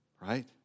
Right